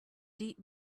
deep